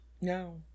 No